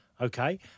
Okay